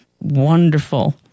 wonderful